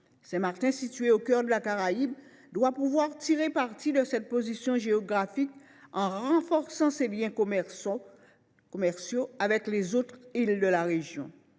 Saint Martin, située au cœur de la Caraïbe, doit pouvoir tirer parti de sa position géographique en renforçant ses liens commerciaux avec les autres îles de la région.